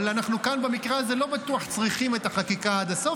אבל לא בטוח שבמקרה הזה אנחנו צריכים את החקיקה עד הסוף.